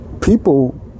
people